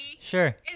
sure